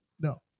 no